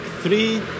three